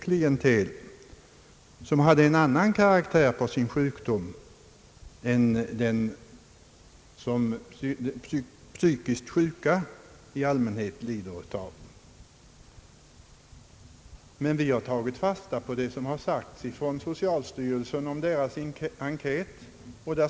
vald vård till vård mot egen vilja, och ännu besvärligare kan det bli med: ett nytt klientel, som i allmänhet har en annan karaktär på sin sjukdom än de psykiskt sjuka. Vi'har inom utskottet tagit fasta på vad "socialstyrelsen sagt om sin enkät.